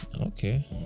Okay